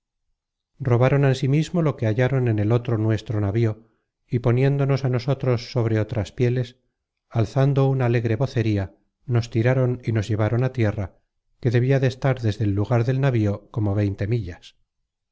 robaron ansimismo lo que hallaron en el otro nuestro navío y poniéndonos á nosotros sobre otras pieles alzando una alegre vocería nos tiraron y nos llevaron á tierra que debia de estar desde el lugar del navío como veinte millas